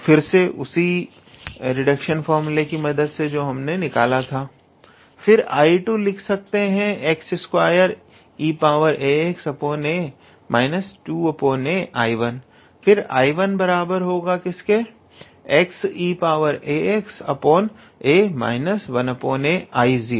फिर से 𝐼2 को लिख सकते हैं x2eaxa 2a 𝐼1 फिर 𝐼1बराबर xeaxa 1a 𝐼0